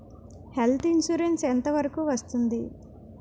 Health insurance ఎంత వరకు వస్తుంది?